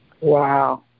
Wow